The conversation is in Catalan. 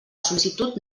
sol·licitud